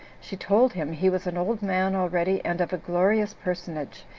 she told him he was an old man already, and of a glorious personage,